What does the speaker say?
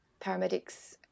paramedics